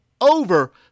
over